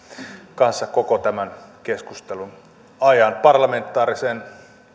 kanssamme koko tämän keskustelun ajan parlamentaariseen